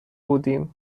بودیم